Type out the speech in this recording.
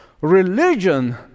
religion